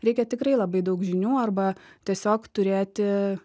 reikia tikrai labai daug žinių arba tiesiog turėti